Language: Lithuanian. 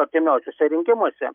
artimiausiuose rinkimuose